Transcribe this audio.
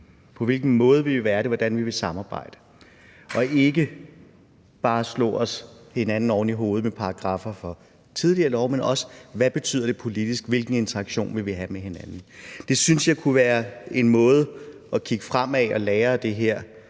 På hvilken måde vil vi være det, og hvordan vil vi samarbejde? Vi skal ikke bare slå hinanden oven i hovedet med paragraffer fra tidligere love, man også diskutere: Hvad betyder det politisk, og hvilken interaktion vil vi have med hinanden? Det synes jeg kunne være en måde at kigge fremad på og lære af det her